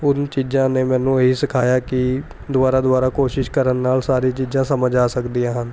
ਉਨ੍ਹਾਂ ਚੀਜ਼ਾਂ ਨੇ ਮੈਨੂੰ ਇਹ ਸਿਖਾਇਆ ਕਿ ਦੁਬਾਰਾ ਦੁਬਾਰਾ ਕੋਸ਼ਿਸ਼ ਕਰਨ ਨਾਲ ਸਾਰੀ ਚੀਜ਼ਾਂ ਸਮਝ ਆ ਸਕਦੀਆਂ ਹਨ